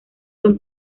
son